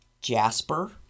Jasper